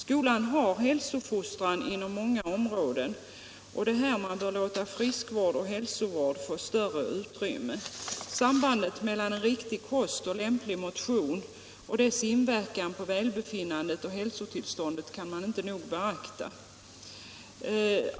Skolan har hälsofostran inom många områden, och det är här man bör låta friskoch hälsovård få större utrymme. Sambandet mellan riktig kost och lämplig motion och dess inverkan på välbefinnandet och hälsotillståndet kan man inte nog beakta.